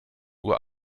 uhr